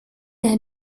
der